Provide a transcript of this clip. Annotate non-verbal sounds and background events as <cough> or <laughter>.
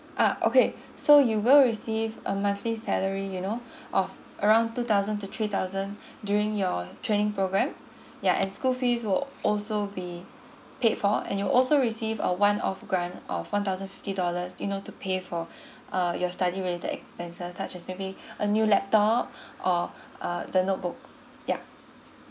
uh okay <breath> so you will receive a monthly salary you know <breath> of around two thousand to three thousand <breath> during your training program ya as school fees will also be paid for and you also receive a one off grant of one thousand fifty dollars you know to pay for <breath> uh your study related expenses such as maybe <breath> a new laptop <breath> or <breath> uh the notebook yup